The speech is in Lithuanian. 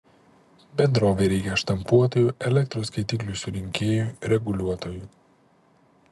bendrovei reikia štampuotojų elektros skaitiklių surinkėjų reguliuotojų